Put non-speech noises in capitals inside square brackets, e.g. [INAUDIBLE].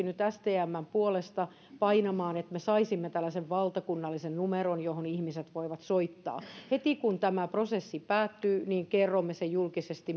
[UNINTELLIGIBLE] nyt stmn puolesta myöskin painamaan päälle että me saisimme tällaisen valtakunnallisen numeron johon ihmiset voivat soittaa heti kun tämä prosessi päättyy kerromme sen julkisesti [UNINTELLIGIBLE]